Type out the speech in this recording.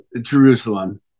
Jerusalem